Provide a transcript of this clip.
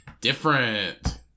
Different